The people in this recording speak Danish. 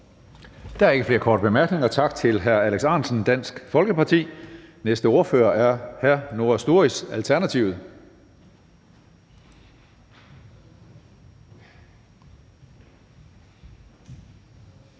Der er ikke flere korte bemærkninger, så tak til hr. Alex Ahrendtsen, Dansk Folkeparti. Den næste ordfører er hr. Noah Sturis, Alternativet.